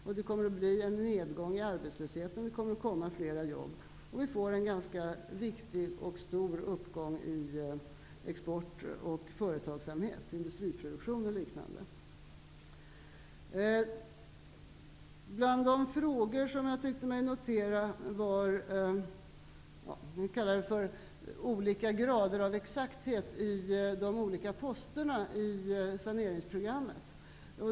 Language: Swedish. Det kommer att bli en nedgång i arbetslösheten och fler jobb kommer. Vi får en ganska viktig och stor uppgång i export och företagsamhet, industriproduktion och liknande. Bland de frågor som jag tyckte mig notera var en där det talades om olika grader av exakthet i de olika posterna i saneringsprogrammet.